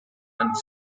and